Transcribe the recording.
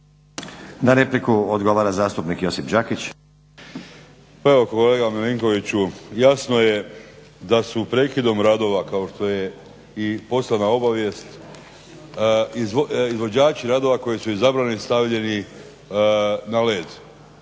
Na repliku odgovara zastupnik Josip Đakić. **Đakić, Josip (HDZ)** Pa evo kolega Milinkoviću, jasno je da su prekidom radova kao što je i poslana obavijest izvođači radova koji su izabrali stavljeni na led.